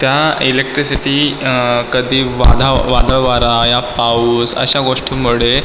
त्या इलेक्ट्रिसिटी कधी वादा वादळवारा या पाऊस अशा गोष्टींमुळे